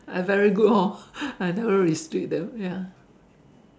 I very good hor I never restrict them ya